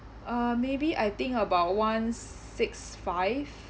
uh maybe I think about one six five